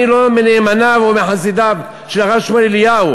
אני לא מנאמניו או מחסידיו של הרב שמואל אליהו,